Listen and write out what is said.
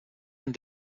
and